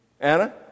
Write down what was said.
Anna